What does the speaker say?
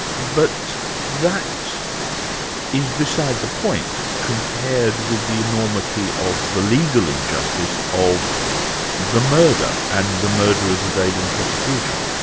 but that is beside the point compared with the enormity of the legal injustice of the murder, and the murderers evading prosecution.